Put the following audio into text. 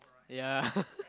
ya